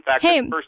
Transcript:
hey